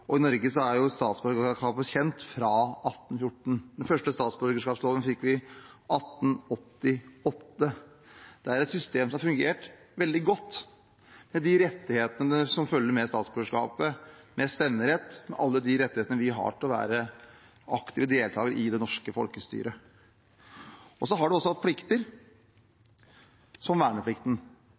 1789. I Norge er statsborgerskapet kjent fra 1814. Den første statsborgerloven fikk vi i 1888. Det er et system som har fungert veldig godt – med de rettighetene som følger med statsborgerskapet, med stemmerett og med alle de rettighetene vi har til å være aktive deltakere i det norske folkestyret. Så har man også hatt plikter, som verneplikten.